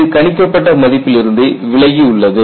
இது கணிக்கப்பட்ட மதிப்பிலிருந்து விலகி உள்ளது